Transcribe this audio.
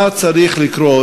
מה צריך לקרות?